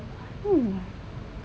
oh